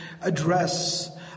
address